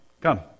come